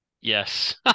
Yes